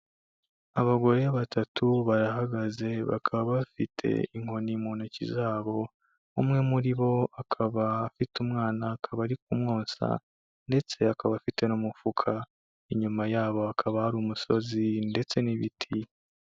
Abagore batatu, barahagaze. bakaba bafite inkoni mu ntoki zabo, umwe muri bo akaba afite umwana, akaba ari kumwosa, ndetse akaba afite n'umufuka, inyuma yabo hakaba hari umusozi, ndetse n'ibiti.